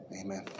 Amen